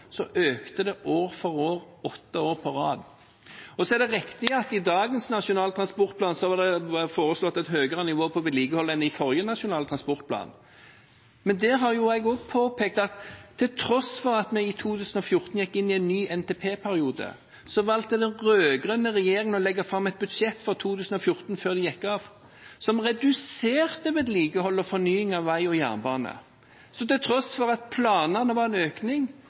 økte det år for år, åtte år på rad. Det er riktig at i dagens nasjonale transportplan var det foreslått et høyere nivå på vedlikehold enn i forrige nasjonale transportplan. Det har jeg også påpekt, at til tross for at vi i 2014 gikk inn i en ny NTP-periode, valgte den rød-grønne regjeringen å legge fram et budsjett for 2014 før de gikk av, som reduserte vedlikeholdet og fornyingen av vei og jernbane. Så til tross for at planene var en økning,